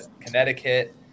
connecticut